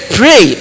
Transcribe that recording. pray